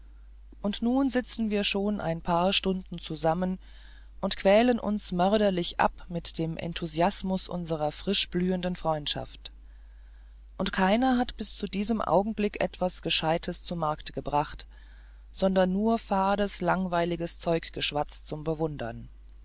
und nun sitzen wir schon ein paar stunden zusammen und quälen uns mörderlich ab mit dem enthusiasmus unserer frischblühenden freundschaft und keiner hat bis zu diesem augenblick etwas gescheites zu markte gebracht sondern fades langweiliges zeug geschwatzt zum bewundern